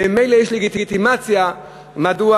וממילא יש לגיטימציה מדוע